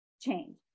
change